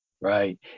Right